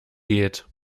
geht